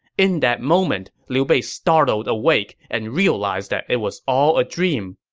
in that moment, liu bei startled awake and realized that it was all a dream,